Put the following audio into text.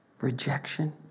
rejection